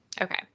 Okay